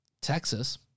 Texas